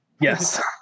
Yes